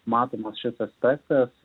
matomas šis aspektas